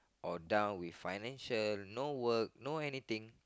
or down with financial no work no anything